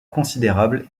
considérable